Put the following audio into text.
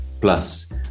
Plus